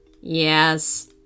Yes